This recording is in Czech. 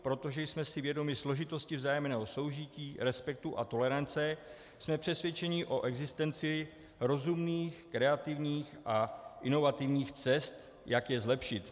Protože jsme si vědomi složitosti vzájemného soužití, respektu a tolerance, jsme přesvědčeni o existenci rozumných, kreativních a inovativních cest, jak je zlepšit.